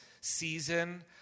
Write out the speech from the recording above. season